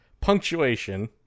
punctuation